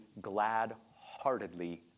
glad-heartedly